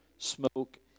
smoke